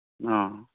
ꯑꯥ